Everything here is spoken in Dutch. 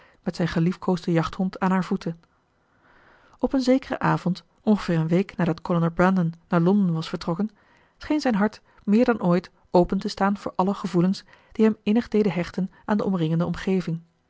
met zijn geliefkoosden jachthond aan hare voeten op een zekeren avond ongeveer een week nadat kolonel brandon naar londen was vertrokken scheen zijn hart meer dan ooit open te staan voor alle gevoelens die hem innig deden hechten aan de omringende omgeving